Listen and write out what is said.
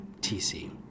TC